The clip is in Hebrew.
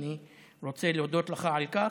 ואני רוצה להודות לך על כך.